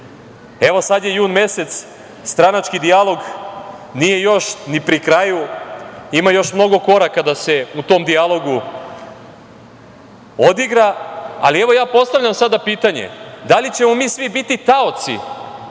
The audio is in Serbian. sad je jun mesec, stranački dijalog nije još ni pri kraju, ima još mnogo koraka da se u tom dijalogu odigra, ali evo ja postavljam sada pitanje - da li ćemo svi mi biti taoci